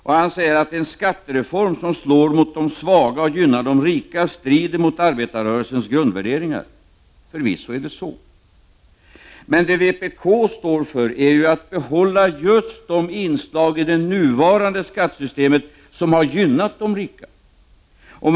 Han säger att en skattereform som slår mot de svaga och gynnar de rika strider mot arbetarrörelsens grundvärderingar. Förvisso är det så. Men det vpk står för är att behålla just de inslag i det nuvarande skattesystemet som har gynnat de rika.